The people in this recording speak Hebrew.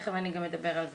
תיכף אני אדבר גם על זה,